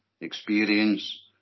experience